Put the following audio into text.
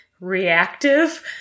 reactive